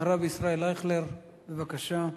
הרב ישראל אייכלר, בבקשה.